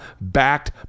backed